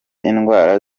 indwara